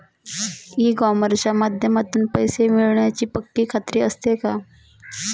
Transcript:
E कॉमर्सच्या माध्यमातून पैसे मिळण्याची पक्की खात्री असते का?